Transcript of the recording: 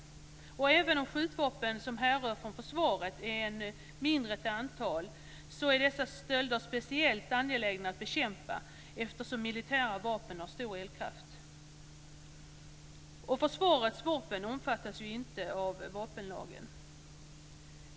Även om skjutvapen som härrör från försvaret är mindre till antalet är dessa stölder speciellt angelägna att bekämpa, eftersom militära vapen har en stor eldkraft. Försvarets vapen omfattas inte av vapenlagen.